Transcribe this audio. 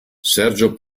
sergio